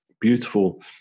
beautiful